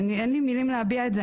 אין לי מילים להביע את זה.